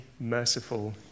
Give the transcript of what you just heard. merciful